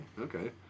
okay